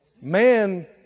Man